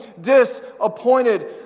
disappointed